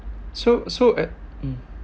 so so at mm